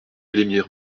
elémir